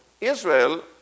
Israel